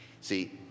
See